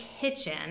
kitchen